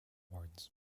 awards